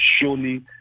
surely